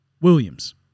Williams